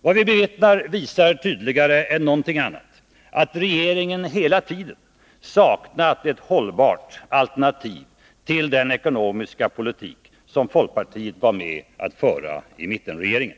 Vad vi bevittnar visar tydligare än någonting annat att regeringen hela tiden saknat ett hållbart alternativ till den ekonomiska politik som folkpartiet var med att föra i mittenregeringen.